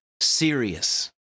serious